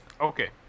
Okay